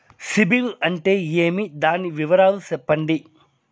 సిబిల్ అంటే ఏమి? దాని వివరాలు సెప్పండి?